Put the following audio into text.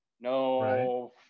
No